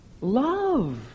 love